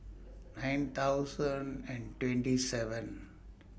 nine thousand and twenty seven